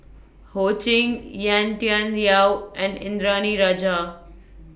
Ho Ching Yan Tian Yau and Indranee Rajah